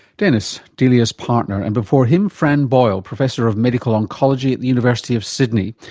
denis, delia's partner and before him, fran boyle, professor of medical oncology at the university of sydney.